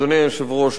אדוני היושב-ראש,